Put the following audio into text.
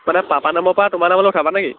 মানে পাপা নামৰ পৰা তোমাৰ নামলৈ উঠাবানে কি